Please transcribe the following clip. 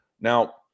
Now